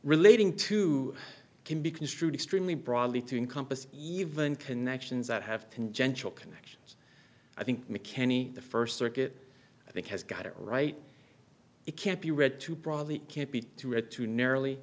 relating to can be construed extremely broadly to encompass even connections that have congenital connection i think mckenney the first circuit i think has got it right it can't be read too probably can't be to read too narrowly